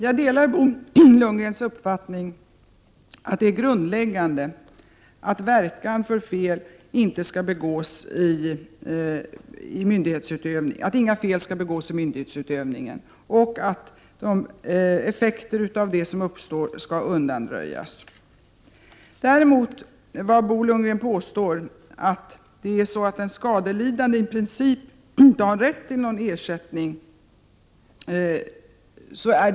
Herr talman! Jag delar Bo Lundgrens uppfattning att inga fel skall begås vid myndighetsutövningen och att effekterna av de fel som kan uppstå skall undanröjas. Däremot är Bo Lundgrens påstående att den skadelidande i princip inte har rätt till någon ersättning fel.